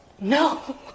No